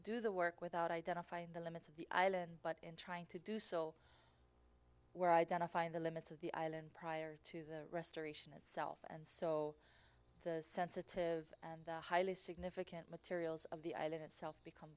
do the work without identifying the limits of the island but in trying to do so we're identifying the limits of the island prior to the restoration itself and so the sensitive and highly significant materials of the island itself become